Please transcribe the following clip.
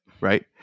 right